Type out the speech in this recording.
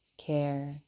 care